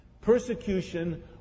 Persecution